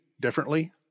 differently